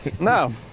No